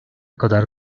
kadar